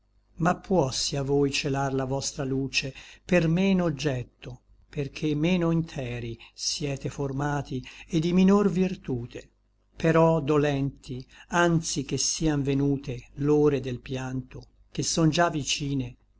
ma puossi a voi celar la vostra luce per meno obgetto perché meno interi siete formati et di minor virtute però dolenti anzi che sian venute l'ore del pianto che son già vicine